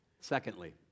Secondly